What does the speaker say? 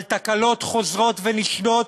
על תקלות חוזרות ונשנות